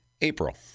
April